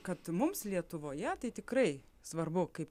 kad mums lietuvoje tai tikrai svarbu kaip